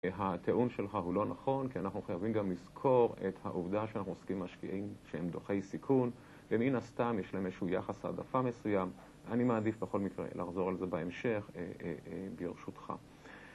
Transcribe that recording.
הטעון שלך הוא לא נכון, כי אנחנו חייבים גם לזכור את העובדה שאנחנו עוסקים עם משקיעים שהם דוחי סיכון, ומן הסתם יש להם איזשהו יחס העדפה מסוים, אני מעדיף בכל מקרה לחזור על זה בהמשך בירשותך